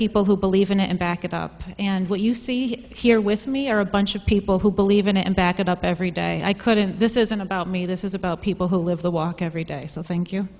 people who believe in it and back it up and what you see here with me are a bunch of people who believe in it and back it up every day i couldn't this isn't about me this is about people who live the walk every day so thank you